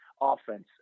offense